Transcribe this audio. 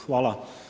Hvala.